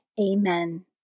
Amen